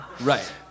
Right